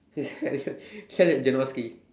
sell at